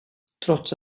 trots